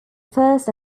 first